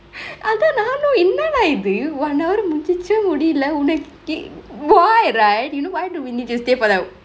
அதா நானு என்னடா இது:athaa naanu ennadaa ithu one hour முஞ்சிச்சா முடில உனக்~:munjichaa mudile unake~ why right why do we need to stay for like